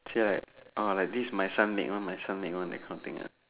say like ah like this my son make one my son make one that kind of thing right